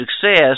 success